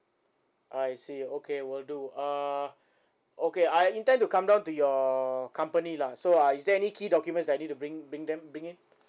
I see okay will do uh okay I intend to come down to your company lah so uh is there any key documents that I need to bri~ bring them bring it